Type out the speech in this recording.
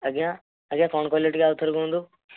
ଆଜ୍ଞା ଆଜ୍ଞା କ'ଣ କହିଲେ ଟିକେ ଆଉ ଥରେ କୁହନ୍ତୁ